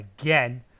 again